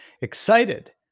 excited